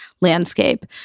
landscape